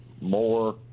more